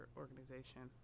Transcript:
organization